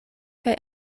kaj